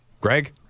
Greg